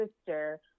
sister